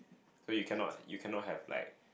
so you cannot you cannot have like